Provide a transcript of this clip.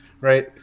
right